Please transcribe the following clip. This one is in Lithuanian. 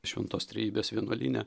šventos trejybės vienuolyne